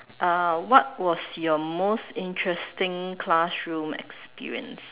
what was your most interesting classroom experience